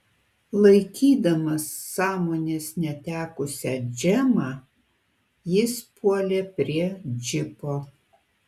laikydamas sąmonės netekusią džemą jis puolė prie džipo